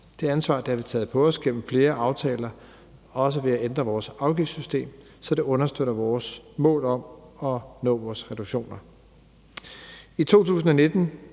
Det ansvar har vi taget på os gennem flere aftaler, også ved at ændre vores afgiftssystem, så det understøtter vores mål om at nå vores reduktioner.